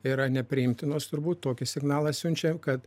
yra nepriimtinos turbūt tokį signalą siunčiam kad